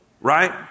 Right